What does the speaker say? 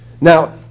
Now